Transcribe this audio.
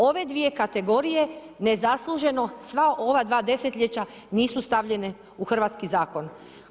Ove dvije kategorije nezasluženo sva ova dva desetljeća nisu stavljene u hrvatski zakon.